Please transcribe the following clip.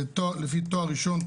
זה לפי תואר ראשון,